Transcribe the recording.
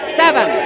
seven